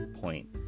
point